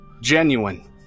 Genuine